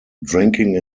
drinking